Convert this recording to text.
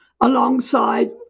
alongside